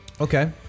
Okay